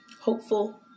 hopeful